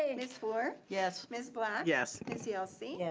and ms. flor. yes. ms. black. yes. ms. yelsey. yeah